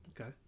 Okay